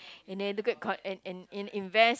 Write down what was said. and then and and and invest